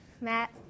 Matt